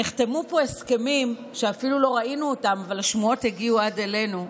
נחתמו פה הסכמים שאפילו לא ראינו אותם אבל השמועות הגיעו עד אלינו,